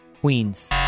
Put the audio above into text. Queens